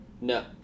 No